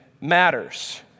matters